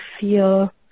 feel